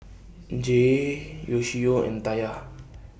Jair Yoshio and Taya